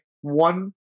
one